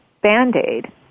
band-aid